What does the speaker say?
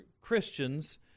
Christians